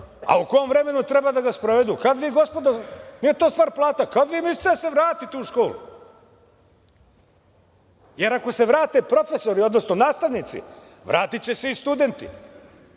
A u kom vremenu je trebalo da ga sprovedu? Kad vi, gospodo, nije to stvar plata, kada vi mislite da se vratite u školu, jer ako se vrate profesori, odnosno nastavnici, vratiće se i studenti? Zašto